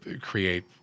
create